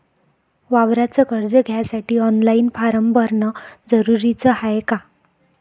वावराच कर्ज घ्यासाठी ऑनलाईन फारम भरन जरुरीच हाय का?